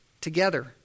together